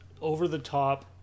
over-the-top